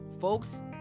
Folks